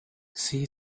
see